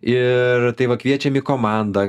ir tai va kviečiam į komandą